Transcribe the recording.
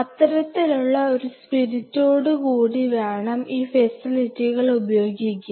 അത്തരത്തിലുള്ള ഒരു സ്പിരിറ്റോട് കൂടി വേണം ഈ ഫെസിലിറ്റികൾ ഉപയോഗിക്കാൻ